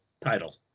title